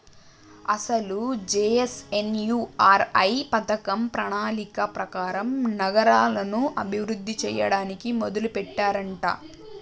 అసలు జె.ఎన్.ఎన్.యు.ఆర్.ఎం పథకం ప్రణాళిక ప్రకారం నగరాలను అభివృద్ధి చేయడానికి మొదలెట్టారంట